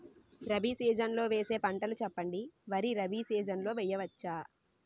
Rabi season లో వేసే పంటలు చెప్పండి? వరి రబీ సీజన్ లో వేయ వచ్చా?